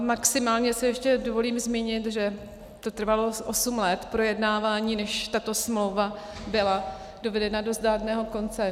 Maximálně si ještě dovolím zmínit, že to trvalo osm let projednávání, než tato smlouva byla dovedena do zdárného konce.